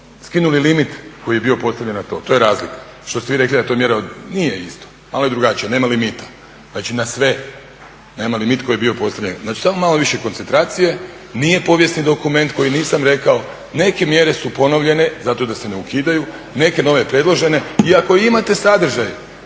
skinuli limit koji je bio postavljen na to, to je razlika što ste vi rekli da je to mjera od. Nije isto, malo je drugačija, nema limita. Znači na sve, nema limit koji je bio postavljen. Znači, samo malo više koncentracije. Nije povijesni dokument koji nisam rekao. Neke mjere su ponovljene zato da se ne ukidaju, neke nove predložene. I ako imate sadržaj